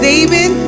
David